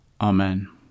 Amen